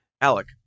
Alec